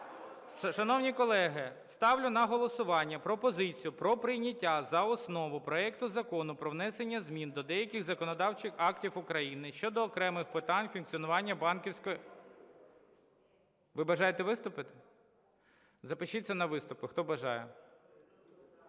Шановні колеги, ставлю на голосування пропозицію про прийняття за основу проекту Закону про внесення змін до деяких законодавчих актів України щодо окремих питань функціонування банківської… Ви бажаєте виступити? Запишіться на виступ, хто бажає.